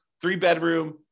three-bedroom